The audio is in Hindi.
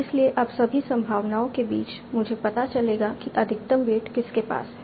इसलिए अब सभी संभावनाओं के बीच मुझे पता चलेगा कि अधिकतम वेट किसके पास है